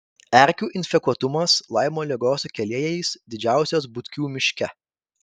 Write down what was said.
erkių infekuotumas laimo ligos sukėlėjais didžiausias butkių miške